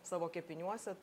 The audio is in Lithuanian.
savo kepiniuose